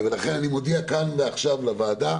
לכן אני מודיע כאן ועכשיו לוועדה